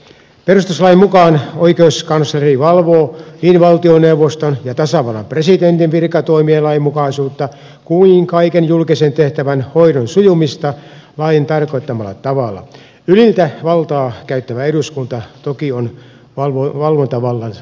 perustuslain mukaan oikeuskansleri valvoo niin valtioneuvoston ja tasavallan presidentin virkatoimien lainmukaisuutta kuin kaiken julkisen tehtävän hoidon sujumista lain tarkoittamalla tavalla ylintä valtaa käyttävä eduskunta toki on valvontavallan ulkopuolella